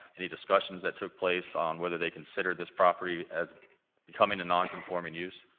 any discussions that took place on whether they considered this property as becoming a nonconforming use?